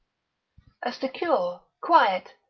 a secure, quiet,